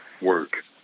work